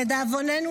לדאבוננו,